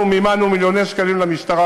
אני אומר לך שאנחנו מימנו מיליוני שקלים למשטרה,